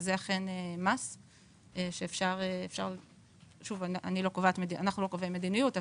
זה אכן מס שאפשר אנחנו לא קובעים מדיניות,